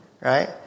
right